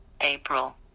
April